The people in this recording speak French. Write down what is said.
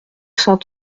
cent